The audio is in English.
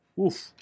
oof